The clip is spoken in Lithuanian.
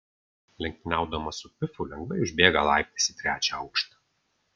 lenktyniaudamas su pifu lengvai užbėga laiptais į trečią aukštą